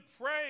pray